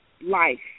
life